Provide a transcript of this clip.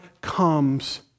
comes